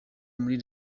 muri